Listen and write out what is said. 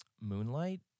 Moonlight